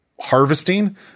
harvesting